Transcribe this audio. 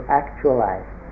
actualize